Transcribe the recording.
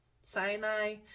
Sinai